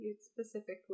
specifically